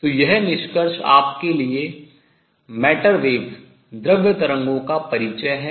तो यह निष्कर्ष आपके लिए द्रव्य तरंगों का परिचय है